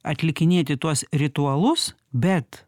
atlikinėti tuos ritualus bet